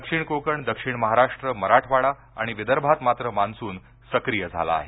दक्षिण कोकण दक्षिण महाराष्ट्र मराठवाडात आणि विदर्भात मात्र मान्सून सक्रीय झाला आहे